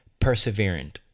perseverant